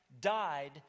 died